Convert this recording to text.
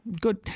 Good